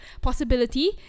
possibility